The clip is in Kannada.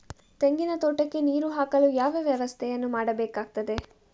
ತೆಂಗಿನ ತೋಟಕ್ಕೆ ನೀರು ಹಾಕಲು ಯಾವ ವ್ಯವಸ್ಥೆಯನ್ನು ಮಾಡಬೇಕಾಗ್ತದೆ?